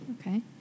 Okay